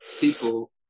people